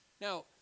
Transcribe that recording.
Now